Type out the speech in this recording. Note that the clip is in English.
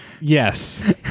Yes